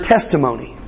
testimony